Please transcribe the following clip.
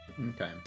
okay